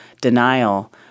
denial